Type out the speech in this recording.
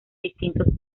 distintos